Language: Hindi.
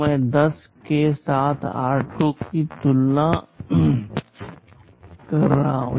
मैं 10 के साथ r2 की तुलना कर रहा हूं